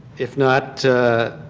if not,